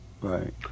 Right